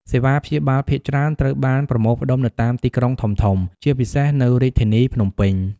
សេវាព្យាបាលភាគច្រើនត្រូវបានប្រមូលផ្តុំនៅតាមទីក្រុងធំៗ ជាពិសេសនៅរាជធានីភ្នំពេញ។